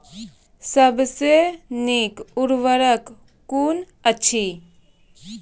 सबसे नीक उर्वरक कून अछि?